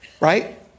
Right